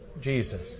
Jesus